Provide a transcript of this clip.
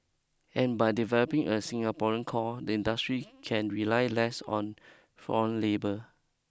and by developing a Singaporean core the industry can rely less on foreign labour